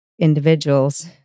individuals